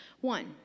one